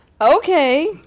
Okay